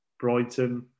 Brighton